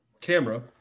camera